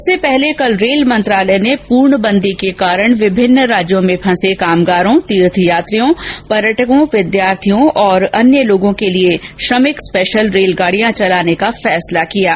इस बीच रेल मंत्रालय ने पूर्णबंदी के कारण विभिन्न राज्यों में फंसे कामगारों तीर्थ यात्रियों पर्यटकों विद्यार्थियों और अन्य लोगों के लिए आज से श्रमिक स्पेशल रेलगाडियां चलाने का फैसला किया है